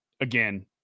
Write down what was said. again